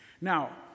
Now